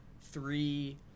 three